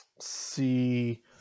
see